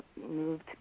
moved